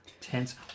tense